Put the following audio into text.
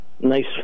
nice